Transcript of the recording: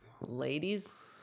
Ladies